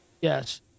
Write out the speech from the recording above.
Yes